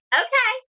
okay